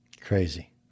Crazy